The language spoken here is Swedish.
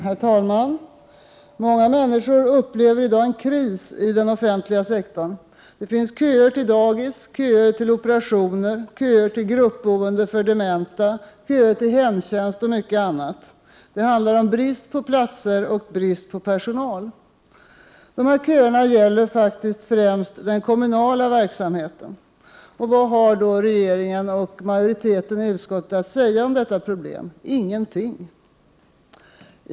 Herr talman! Många människor upplever i dag en kris i den offentliga sektorn. Det är köer till dagis, köer till operationer, köer till gruppboende för dementa, köer till hemtjänst, m.m. Det handlar om brist på platser och brist på personal. Det är främst kommunernas verksamhet detta gäller. Vad har regeringen och utskottsmajoriteten att säga om detta problem? Ingenting.